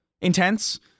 intense